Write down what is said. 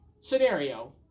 scenario